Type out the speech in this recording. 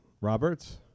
Roberts